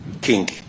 King